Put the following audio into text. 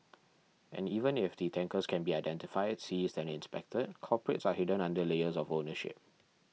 and even if the tankers can be identified seized and inspected culprits are hidden under layers of ownership